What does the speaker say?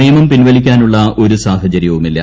നിയമം പിൻവലിക്കാനുള്ള ഒരു സാഹ്റ്ച്ച്ര്യവുമില്ല